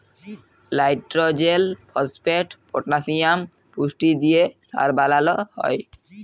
লাইট্রজেল, phosphate, potassium পুষ্টি দিঁয়ে সার বালাল হ্যয়